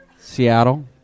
Seattle